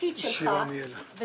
כתפקיד שלך, וזו